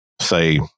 say